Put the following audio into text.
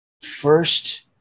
first